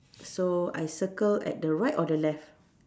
so I circle at the right or the left